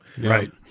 Right